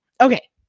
Okay